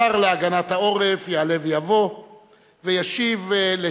השר להגנת העורף יעלה ויבוא וישיב על